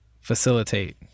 facilitate